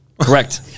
Correct